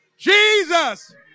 Jesus